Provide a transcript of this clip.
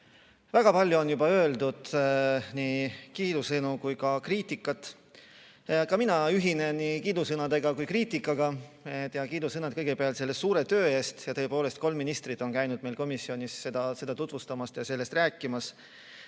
Väga palju on juba öeldud nii kiidusõnu kui ka kriitikat, ka mina ühinen nii kiidusõnade kui ka kriitikaga. Kiidusõnad kõigepealt selle suure töö eest. Tõepoolest, kolm ministrit on käinud meil komisjonis seda kava tutvustamas ja sellest rääkimas.